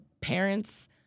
parents